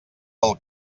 del